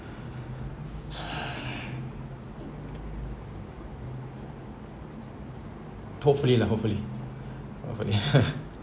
hopefully lah hopefully hopefully